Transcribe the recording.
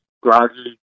groggy